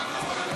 חבר הכנסת